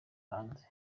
hanze